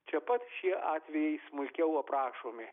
čia pat šie atvejai smulkiau aprašomi